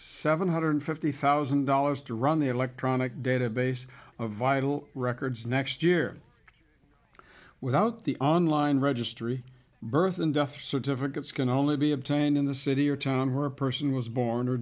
seven hundred fifty thousand dollars to run the electronic database of vital records next year without the online registry birth and death certificates can only be obtained in the city or town where a person was born or